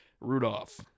Rudolph